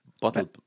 Bottle